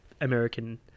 American